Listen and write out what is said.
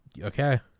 okay